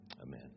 Amen